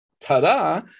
Ta-da